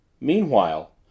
Meanwhile